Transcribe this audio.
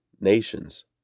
nations